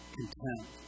content